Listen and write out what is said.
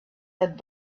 had